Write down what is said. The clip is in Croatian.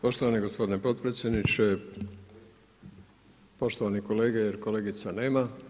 Poštovani gospodine potpredsjedniče, poštovani kolege jer kolegica nema.